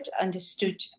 understood